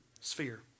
sphere